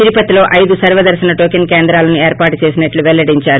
తిరుపతిలో ఐదు సర్వదర్రనం టోకెన్న కేంద్రాలను ఏర్పాటు చేసినట్లు వెల్లడించారు